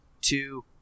two